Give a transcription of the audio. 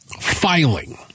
filing